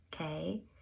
okay